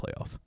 playoff